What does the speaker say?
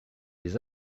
les